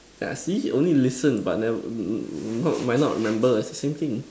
yeah see only listen but never m~ not might not remember same thing